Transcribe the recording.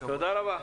תודה רבה.